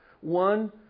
One